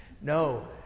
No